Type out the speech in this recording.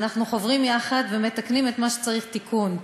ואנחנו חוברים יחד ומתקנים את מה שצריך תיקון.